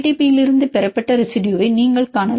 பியிடமிருந்து பெறப்பட்ட ரெசிடுயுவை நீங்கள் காணலாம்